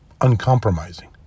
uncompromising